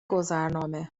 گذرنامه